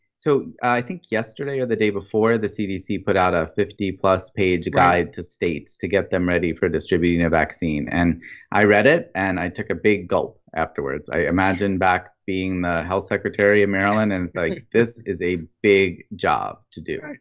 so i think yesterday or the day before the cdc put out a fifty plus page guide to states to get them ready for distributing of vaccine. and i read it and i took a big gulp afterwards. i imagine back being the health secretary in maryland and this is a big job to do.